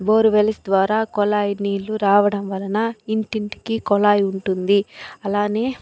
borewells ద్వారా కొళాయి నీళ్ళు రావడం వలన ఇంటింటికీ కొళాయి ఉంటుంది అలానే